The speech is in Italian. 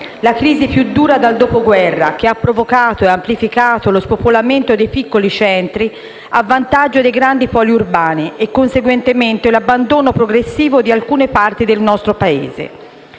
La crisi più dura dal dopoguerra ha provocato lo spopolamento dei piccoli centri a vantaggio dei grandi poli urbani e, conseguentemente, l'abbandono progressivo di alcune parti del nostro Paese.